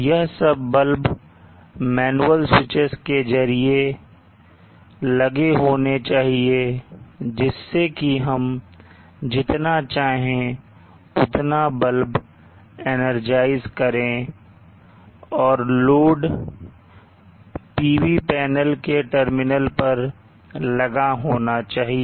यह सब bulb manual switches के जरिए लगे होने चाहिए जिससे कि हम जितना चाहे उतना बल्ब energize करें और लोड PV पैनल के टर्मिनल पर लगा होना चाहिए